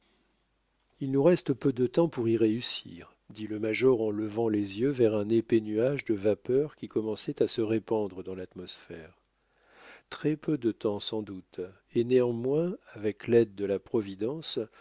il nous reste peu de temps pour y réussir dit le major en levant les yeux vers un épais nuage de vapeurs qui commençait à se répandre dans l'atmosphère très peu de temps sans doute et néanmoins avec l'aide de la providence